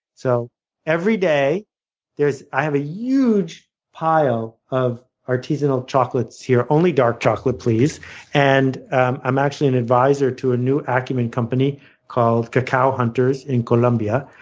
so every day i have a huge pile of artisanal chocolates here only dark chocolate, please and i'm actually an adviser to a new acumen company called cacao hunters in colombia.